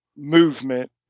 movement